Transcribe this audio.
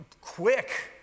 quick